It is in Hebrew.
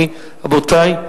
אני, רבותי,